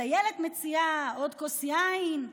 הדיילת מציעה עוד כוס יין,